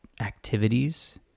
activities